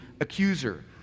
accuser